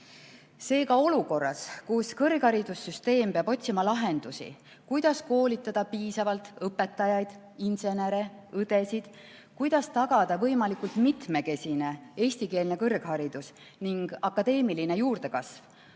Seega olukorras, kus kõrgharidussüsteem peab otsima lahendusi, kuidas koolitada piisavalt õpetajaid, insenere, õdesid, kuidas tagada võimalikult mitmekesine eestikeelne kõrgharidus ning akadeemiline juurdekasv,